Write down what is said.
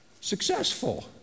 successful